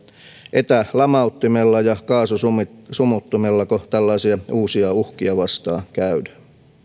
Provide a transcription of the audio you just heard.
etälamauttimella ja kaasusumuttimellako tällaisia uusia uhkia vastaan käydään